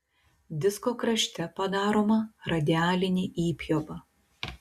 disko krašte padaroma radialinė įpjova